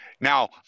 Now